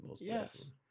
yes